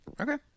Okay